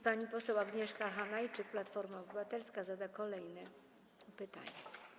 Pani poseł Agnieszka Hanajczyk, Platforma Obywatelska, zada kolejne pytanie.